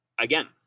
again